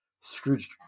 Scrooge